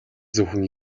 зөвхөн